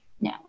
No